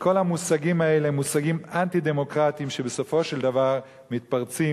שכל המושגים האלה הם מושגים אנטי-דמוקרטיים שבסופו של דבר מתפרצים,